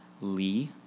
Lee